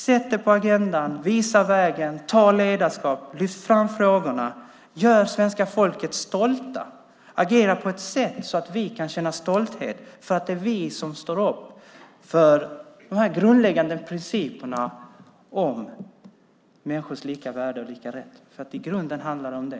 Sätt den på agendan, visa vägen, ta ledarskap, lyft fram frågorna, gör svenska folket stolta, agera på ett sådant sätt att vi kan känna stolthet över att vi står upp för de grundläggande principerna om människors lika värde och lika rätt. I grunden handlar det om det.